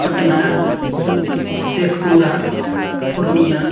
Patna Sheikhpura Purnia